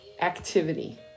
activity